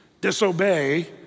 disobey